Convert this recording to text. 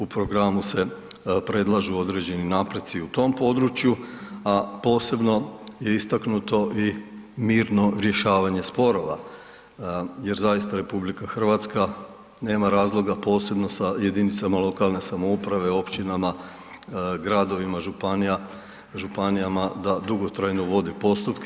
U programu se predlažu određeni napreci u tom području, a posebno je istaknuto i mirno rješavanje sporova jer zaista RH nema razloga posebno sa jedinicama lokalne samouprave, općinama, gradovima, županijama da dugotrajno vode postupke.